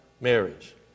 marriage